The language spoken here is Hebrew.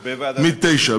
מ-09:00,